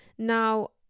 Now